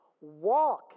Walk